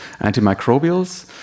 antimicrobials